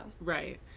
Right